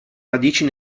radici